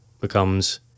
becomes